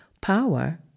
Power